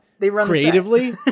Creatively